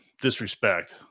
disrespect